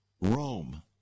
Rome